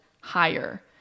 higher